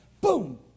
boom